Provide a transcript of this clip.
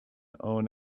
own